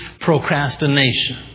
procrastination